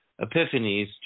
epiphanies